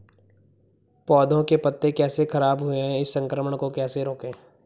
पौधों के पत्ते कैसे खराब हुए हैं इस संक्रमण को कैसे रोकें?